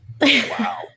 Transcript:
wow